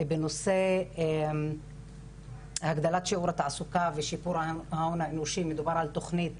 בנושא הגדלת שיעור התעסוקה ושיפור ההון האנושי מדובר על תוכנית